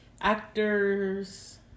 actors